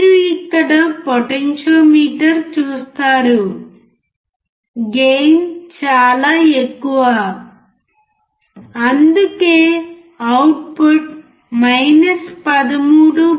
మీరు ఇక్కడ పొటెన్షియోమీటర్ చూస్తారు గెయిన్ చాలా ఎక్కువ అందుకే అవుట్పుట్ 13